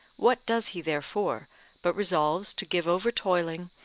what does he therefore, but resolves to give over toiling,